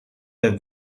der